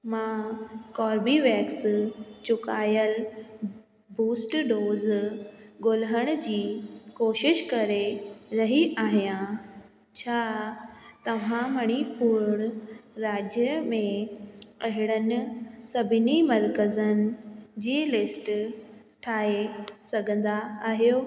मां कोर्बीवैक्स चुकायल boost dose ॻोल्हण जी कोशिश करे रही आहियां छा तव्हां मणिपुर राज्य में अहिड़नि सभिनी मर्कज़नि जी लिस्ट ठाहे सघंदा आहियो